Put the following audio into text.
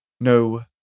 No